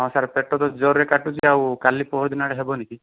ହଁ ସାର୍ ପେଟ ତ ଜୋର୍ରେ କାଟୁଛି ଆଉ କାଲି ପହରି ଦିନ ଆଡ଼େ ହେବନି କି